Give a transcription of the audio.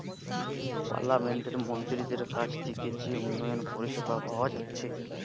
পার্লামেন্টের মন্ত্রীদের কাছ থিকে যে উন্নয়ন পরিষেবা পাওয়া যাচ্ছে